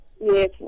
yes